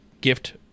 gift